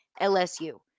LSU